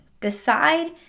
Decide